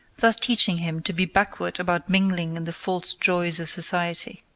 thus teaching him to be backward about mingling in the false joys of society.